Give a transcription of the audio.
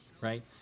right